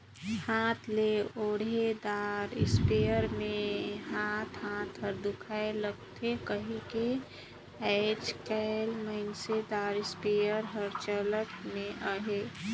हाथ ले ओटे दार इस्पेयर मे हाथ हाथ हर दुखाए लगथे कहिके आएज काएल मसीन दार इस्पेयर हर चलन मे अहे